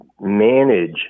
manage